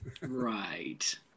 Right